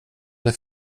det